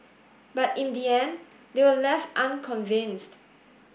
but in the end they were left unconvinced